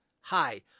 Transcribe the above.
Hi